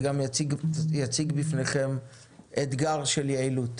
זה גם יציג בפניכם אתגר של יעילות.